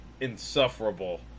insufferable